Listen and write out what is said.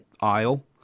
aisle